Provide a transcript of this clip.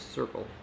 circle